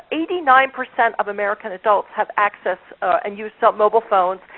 eighty nine percent of american adults have access and use so mobile phones,